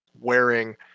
wearing